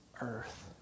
earth